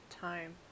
time